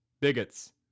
Bigots